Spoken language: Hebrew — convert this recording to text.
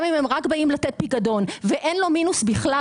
גם אם הם רק באים לתת פיקדון ואין לאדם בכלל מינוס בבנק,